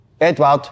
Edward